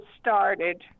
started